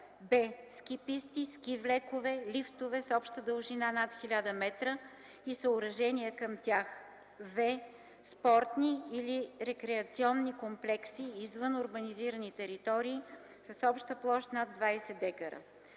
б) ски писти, ски влекове, лифтове с обща дължина над 1000 м и съоръжения към тях; в) спортни или рекреационни комплекси извън урбанизирани територии с обща площ над 20 дка.